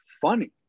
funny